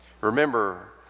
Remember